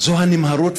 זו הנמהרות,